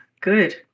good